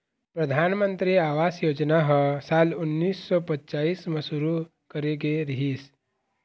परधानमंतरी आवास योजना ह साल उन्नीस सौ पच्चाइस म शुरू करे गे रिहिस हे